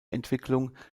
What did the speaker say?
entwicklung